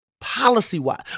policy-wise